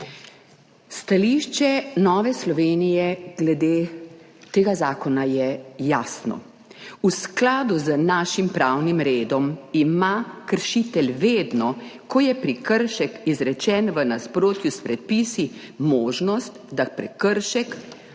Stališče Nove Slovenije glede tega zakona je jasno. V skladu z našim pravnim redom ima kršitelj vedno, ko je prekršek izrečen v nasprotju s predpisi, možnost, da prekršek